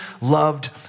loved